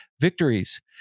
victories